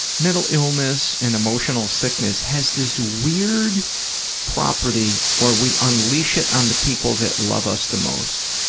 mental illness and emotional sickness has this weird property where we unleash it on the people that love us the most.